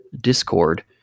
discord